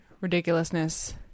ridiculousness